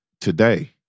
Today